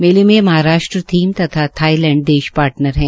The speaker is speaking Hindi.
मेले में महाराष्ट्र थीम तथा थाईलैंड देश पार्टनर है